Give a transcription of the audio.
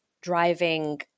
driving